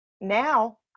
now